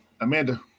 Amanda